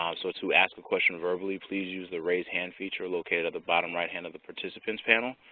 um so to ask the question verbally please use the raise hand feature located at the bottom right hand of the participants panel.